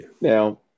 Now